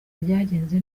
ryagenze